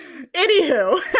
anywho